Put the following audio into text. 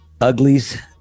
uglies